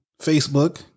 Facebook